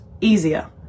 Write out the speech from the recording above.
easier